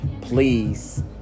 Please